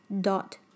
dot